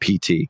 PT